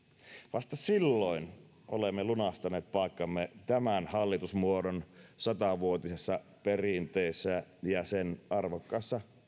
vasta silloin olemme lunastaneet paikkamme tämän hallitusmuodon satavuotisessa perinteessä ja sen arvokkaassa